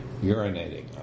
urinating